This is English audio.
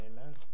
Amen